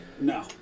No